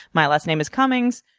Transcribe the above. my last name is cummings.